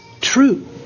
true